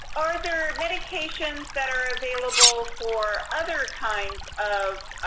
are there medications that are available for other kinds of